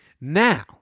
Now